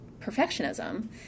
perfectionism